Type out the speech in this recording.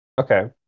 okay